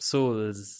Souls